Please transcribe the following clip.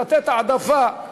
לתת העדפה.